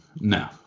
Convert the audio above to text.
No